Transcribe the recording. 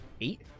Eight